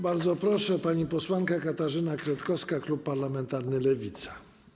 Bardzo proszę, pani posłanka Katarzyna Kretkowska, klub parlamentarny Lewica.